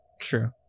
True